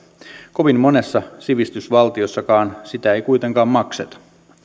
kovin monessa sivistysvaltiossakaan sitä ei kuitenkaan makseta